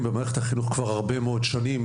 במערכת החינוך כבר הרבה מאוד שנים,